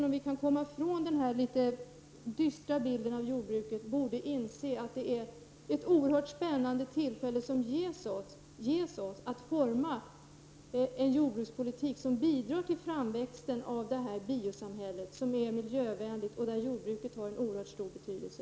Om vi kan komma ifrån den litet dystra bilden av jordbruket, borde vi kunna inse att detta är ett oerhört spännande tillfälle som ges oss att forma en jordbrukspolitik som bidrar till framväxten av biosamhället som är miljövänligt och där jordbruket har en stor betydelse.